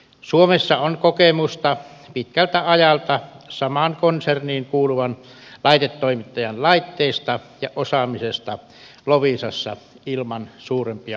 suomessa on kokemusta pitkältä ajalta samaan konserniin kuuluvan laitetoimittajan laitteista ja osaamisesta loviisassa ilman suurempia ongelmia